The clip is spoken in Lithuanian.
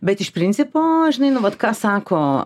bet iš principo žinai nu vat ką sako